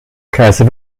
kaiser